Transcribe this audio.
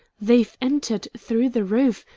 they've entered through the roof,